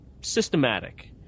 systematic